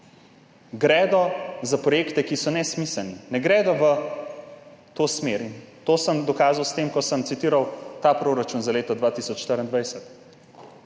gredo za projekte, ki so nesmiselni, ne gredo v to smer in to sem dokazal s tem, ko sem citiral ta proračun za leto 2024.